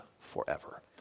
forever